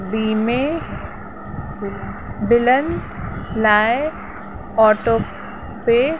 बिमे बिलनि लाइ ऑटोपे